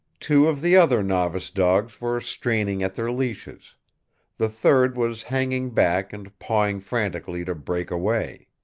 two of the other novice dogs were straining at their leashes the third was hanging back and pawing frantically to break away.